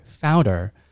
founder